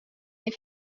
des